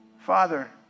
Father